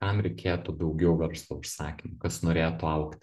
kam reikėtų daugiau verslo užsakymų kas norėtų augti